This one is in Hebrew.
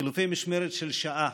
חילופי משמרת של שעה,